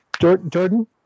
Jordan